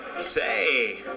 Say